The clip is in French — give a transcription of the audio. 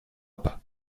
pas